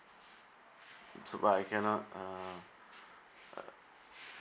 so I cannot uh